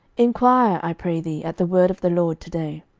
enquire, i pray thee, at the word of the lord to day.